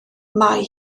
mae